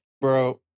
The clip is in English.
Bro